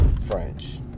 French